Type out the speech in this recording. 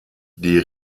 die